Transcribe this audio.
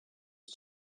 but